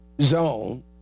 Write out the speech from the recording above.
zone